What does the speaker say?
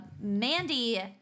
Mandy